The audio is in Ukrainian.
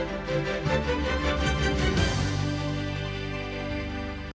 Дякую.